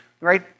right